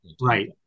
right